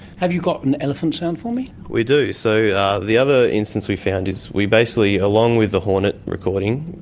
have you got an elephant sound for me? we do. so the other instance we found is we basically, along with the hornet recording,